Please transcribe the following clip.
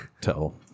tell